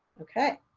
okay.